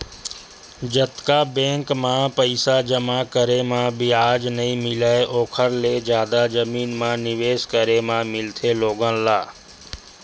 जतका बेंक म पइसा जमा करे म बियाज नइ मिलय ओखर ले जादा जमीन म निवेस करे म मिलथे लोगन ल